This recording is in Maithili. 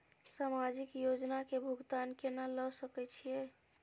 समाजिक योजना के भुगतान केना ल सके छिऐ?